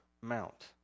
mount